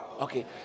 okay